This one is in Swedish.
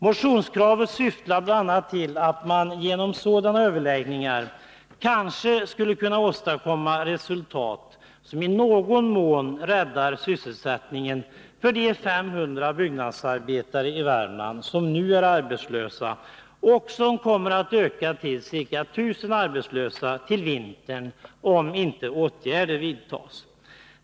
Motionskravet syftar bl.a. till att man genom sådana överläggningar kanske skulle kunna åstadkomma resultat som i någon mån räddar sysselsättningen för de 500 byggnadsarbetare i Värmland som nu är arbetslösa. Antalet arbetslösa kommer att öka till ca 1 000 till vintern om inte åtgärder vidtas.